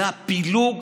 מהפילוג.